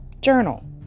journal